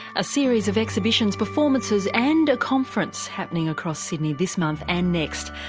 a series of exhibitions, performances and a conference happening across sydney this month and next.